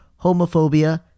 homophobia